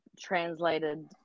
translated